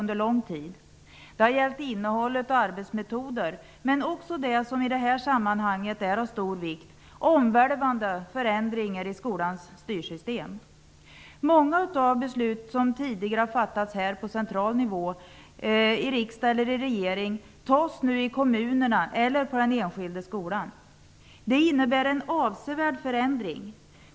Det har gällt innehåll och arbetsmetoder men också något som i det här sammanhanget är av stor vikt, nämligen omvälvande förändringar av skolans styrsystem. Många av de beslut som tidigare fattades på central nivå, i riksdagen eller av regeringen, fattas nu i kommunerna eller på de enskilda skolorna. Det innebär en avsevärd förändring.